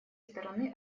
стороны